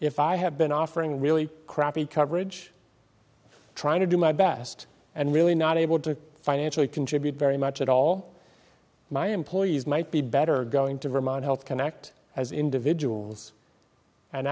if i have been offering really crappy coverage trying to do my best and really not able to financially contribute very much at all my employees might be better going to vermont health connect as individuals and